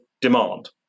demand